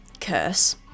curse